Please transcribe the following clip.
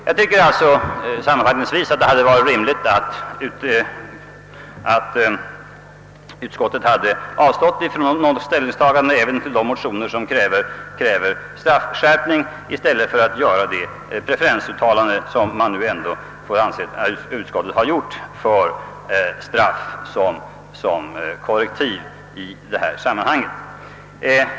Jag tycker att det hade varit rimligt, om utskottet även hade avstått från ställningstagande till de motioner som kräver straffskärpning i stället för att göra det preferensuttalande, som utskottet ändå gör, för straff som korrektiv i detta sammanhang.